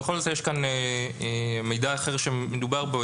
בכל זאת יש כאן מידע אחר שמדובר בו,